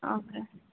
okay